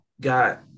got